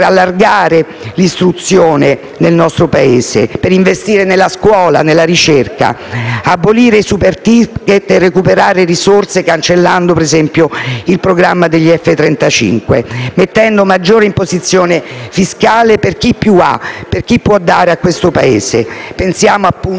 allargare l'istruzione nel nostro Paese e investire nella scuola e nella ricerca; abolire i *superticket*; recuperare risorse (cancellando ad esempio il programma degli F-35) e aumentare l'imposizione fiscale su chi più ha e può dare a questo Paese. Pensiamo appunto